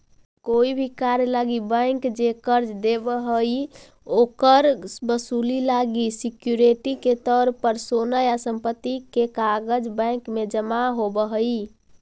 कोई भी कार्य लागी बैंक जे कर्ज देव हइ, ओकर वसूली लागी सिक्योरिटी के तौर पर सोना या संपत्ति के कागज़ बैंक में जमा होव हइ